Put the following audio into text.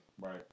Right